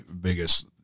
biggest